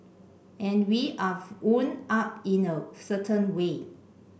and we are wound up in know certain way